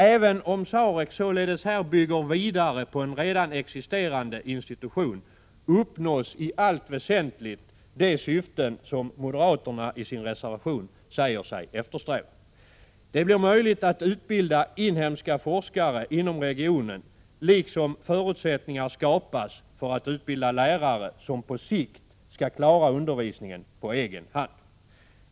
Även om SAREC således här bygger vidare på en redan existerande institution uppnås i allt väsentligt de syften som moderaterna i sin reservation — Prot. 1986/87:131 säger sig eftersträva. Det blir möjligt att utbilda inhemska forskare inom 26 maj 1987 regionen, liksom att förutsättningar skapas för att utbilda lärare som på sikt skall klara undervisningen på egen hand.